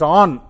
on